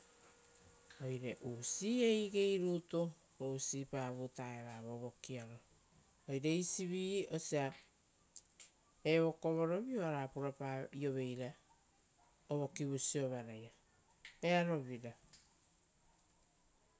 Oire usiiei igei rutu, usipa vuta eva vo vokiaro, oire eisivi osia evokovorovi oara purapaioveira ovokivu siovaraia.